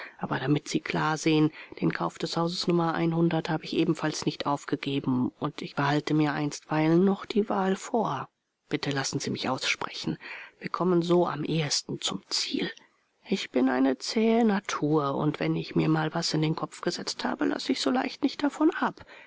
aber damit sie klarsehen den kauf des hauses nummer einhundert habe ich ebenfalls nicht aufgegeben und ich behalte mir einstweilen noch die wahl vor bitte lassen sie mich aussprechen wir kommen so am ehesten zum ziel ich bin eine zähe natur und wenn ich mir mal was in den kopf gesetzt habe lasse ich so leicht nicht davon ab